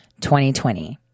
2020